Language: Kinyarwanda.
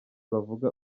bavuga